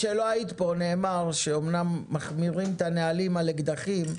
כשלא היית פה נאמר שאומנם מחמירים את הנהלים על אקדחים,